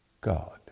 God